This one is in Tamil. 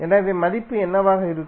எனவே மதிப்பு என்னவாக இருக்கும்